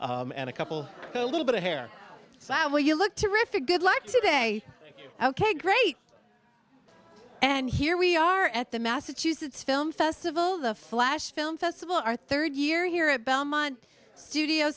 and a couple little bit of hair so i will you look terrific good luck today ok great and here we are at the massachusetts film festival the flash film festival our third year here at belmont studio